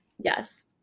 yes